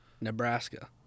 Nebraska